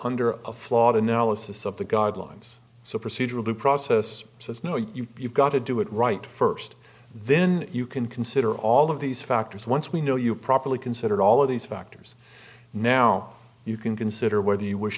under a flawed analysis of the guidelines so procedural due process says no you've got to do it right first then you can consider all of these factors once we know you properly considered all of these factors now you can consider whether you wish